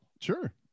Sure